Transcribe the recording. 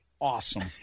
awesome